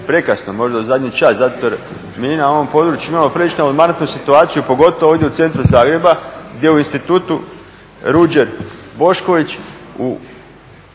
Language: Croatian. prekasno, možda u zadnji čas zato jer mi na ovom području imamo prilično alarmantnu situaciju, pogotovo ovdje u centru Zagreba gdje u institutu Ruđer Bošković u,